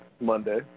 Monday